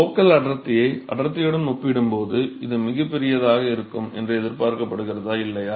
local அடர்த்தியை அடர்த்தியுடன் ஒப்பிடும்போது இது மிகப் பெரியதாக இருக்கும் என்று எதிர்பார்க்கப்படுகிறதா இல்லையா